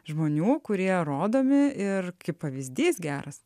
žmonių kurie rodomi ir kaip pavyzdys geras